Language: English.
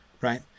right